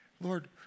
Lord